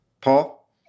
Paul